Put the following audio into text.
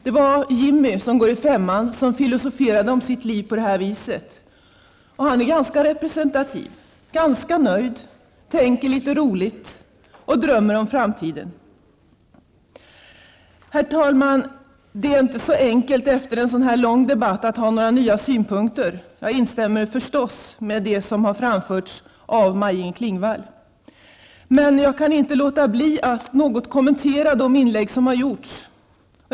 Det var Jimmy, som går i femman, som filosoferade om sitt liv på det här viset. Han är ganska representativ: ganska nöjd, tänker litet roligt och drömmer om framtiden. Herr talman! Det är inte så enkelt att efter en så här lång debatt ha några nya synpunkter. Jag instämmer förstås i det som har anförts av Maj Inger Klingvall, men jag kan inte låta bli att något kommentera de övriga inlägg som har gjorts.